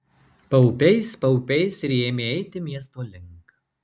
paupiais paupiais ir ji ėmė eiti miesto link